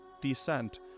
descent